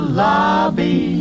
lobby